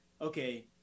okay